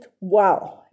wow